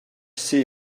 see